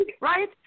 right